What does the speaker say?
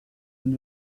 and